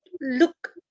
look